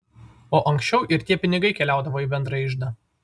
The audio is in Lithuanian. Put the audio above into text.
o ankščiau ir tie pinigai keliaudavo į bendrą iždą